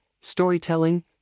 storytelling